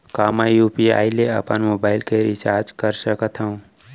का मैं यू.पी.आई ले अपन मोबाइल के रिचार्ज कर सकथव?